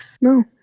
No